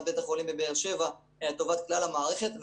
בית החולים בבאר שבע אלא לטובת כלל המערכת.